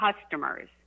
customers